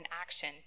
action